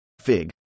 FIG